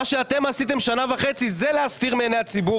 מה שאתם עשיתם שנה וחצי זה להסתיר מעיני הציבור.